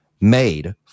made